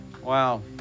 Wow